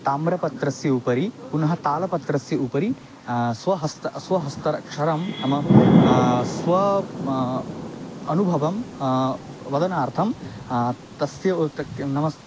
ताम्रपत्रस्य उपरि पुनः तालपत्रस्य उपरि स्वहस्त स्वहस्ताक्षरं नाम स्व म अनुभवं वदनार्थं तस्य उत के नाम